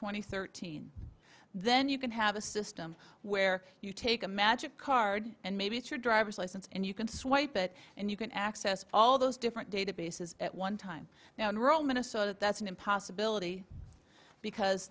and thirteen then you can have a system where you take a magic card and maybe it's your driver's license and you can swipe it and you can access all those different databases at one time now in rural minnesota that's an impossibility because